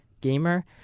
gamer